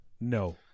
No